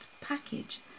package